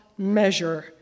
measure